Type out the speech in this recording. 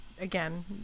again